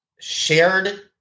shared